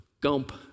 Gump